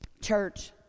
church